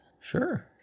Sure